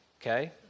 Okay